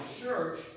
church